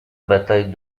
bataille